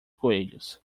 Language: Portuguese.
coelhos